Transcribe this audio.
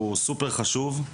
הוא סופר חשוב,